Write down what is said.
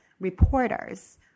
reporters